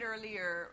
earlier